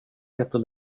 heter